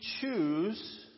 choose